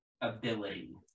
ability